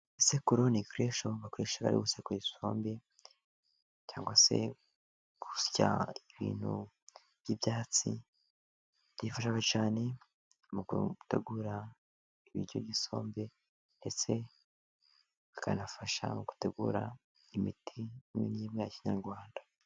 Isekuro ni igikosho bakoresha bari gusekura isombe, cyangwa se gusya ibintu by'ibyatsi byifashishwa cyane mu gutegura ibiryo byisombe ndetse bikanafasha gutegura imiti imwe ya kinyarwanda.